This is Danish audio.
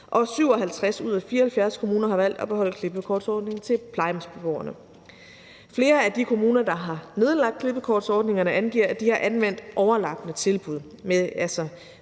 57 ud af 74 kommuner har valgt at beholde klippekortsordningen til plejehjemsbeboerne. Flere af de kommuner, der har nedlagt klippekortsordningerne, angiver, at de har anvendt overlappende tilbud